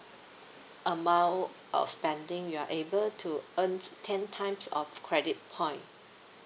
amount of spending you are able to earn ten times of credit point